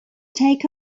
take